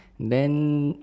then